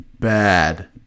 Bad